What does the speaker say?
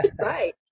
right